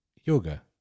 yoga